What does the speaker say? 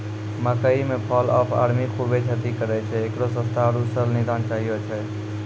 मकई मे fall of army खूबे क्षति करेय छैय, इकरो सस्ता आरु सरल निदान चाहियो छैय?